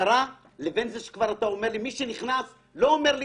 הסתרה לבין זה שאתה אומר לי: מה שנכנס לא אומר לי,